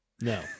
no